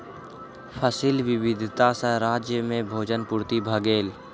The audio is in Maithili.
फसिल विविधता सॅ राज्य में भोजन पूर्ति भ गेल